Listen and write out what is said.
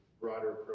broader